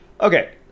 Okay